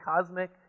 cosmic